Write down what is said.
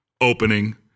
opening